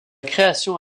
création